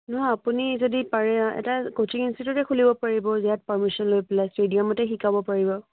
নহয় আপুনি যদি পাৰে এটা ক'চিং ইনষ্টিটিউটে খুলিব পাৰিব ইয়াত পাৰমিচন লৈ পেলাই ষ্টেডিয়ামতে শিকাব পাৰিব